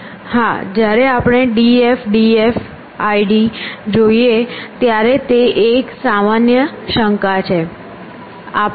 હા જ્યારે આપણે d f d f i d જોઈએ ત્યારે તે એક સામાન્ય શંકા છે